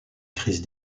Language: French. crise